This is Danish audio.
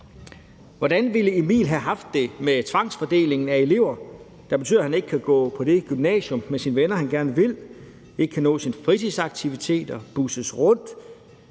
Hvordan ville Emil have haft det med tvangsfordelingen af elever, der betyder, at han ikke kan gå på det gymnasium med sine venner, han gerne vil, ikke kan nå sine fritidsaktiviteter, busses rundt,